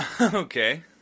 Okay